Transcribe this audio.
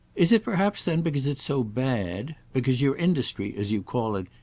is it perhaps then because it's so bad because your industry as you call it,